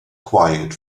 quiet